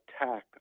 attack